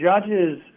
judges